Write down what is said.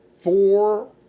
four